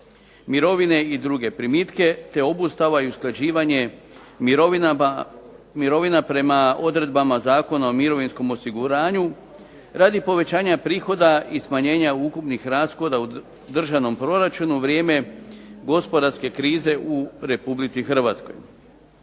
mirovine i druge primitke te obustava i usklađivanje mirovina prema odredbama Zakona o mirovinskom osiguranju radi povećanja prihoda i smanjenja ukupnih rashoda u državnom proračunu u vrijeme gospodarske krize u RH. Zakon